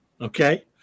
Okay